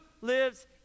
lives